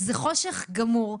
זה חושך גמור,